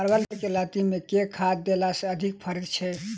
परवल केँ लाती मे केँ खाद्य देला सँ अधिक फरैत छै?